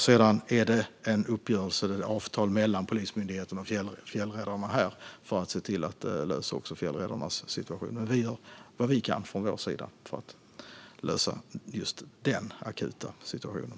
Sedan behövs ett avtal mellan Polismyndigheten och fjällräddarna för att också lösa fjällräddarnas situation. Men vi gör vad vi kan från vår sida för att lösa just den akuta situationen.